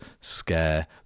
scare